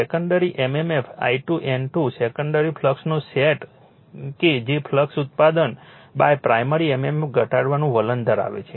secondary mmf I2 N2 secondary ફ્લક્સનો set કે જે ફ્લક્સ ઉત્પાદન પ્રાઇમરી mmf ઘટાડવાનું વલણ ધરાવે છે